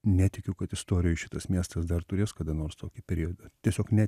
netikiu kad istorijoj šitas miestas dar turės kada nors tokį periodą tiesiog ne